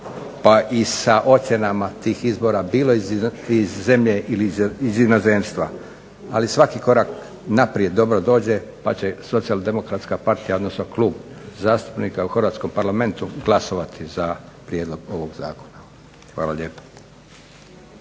pa i sa ocjenama tih izbora bilo iz zemlje ili iz inozemstva. Ali svaki korak naprijed dobro dođe pa će Socijaldemokratska partija, odnosno klub zastupnika u hrvatskom Parlamentu glasovati za prijedlog ovog zakona. Hvala lijepo.